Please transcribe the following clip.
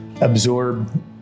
absorb